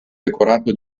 decorato